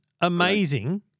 amazing